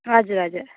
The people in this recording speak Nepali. हजुर हजुर